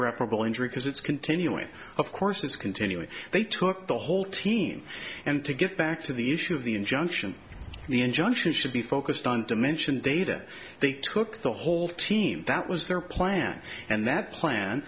rable injury because it's continuing of course it's continuing they took the whole team and to get back to the issue of the injunction the injunction should be focused on dimension data they took the whole team that was their plan and that plan